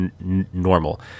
normal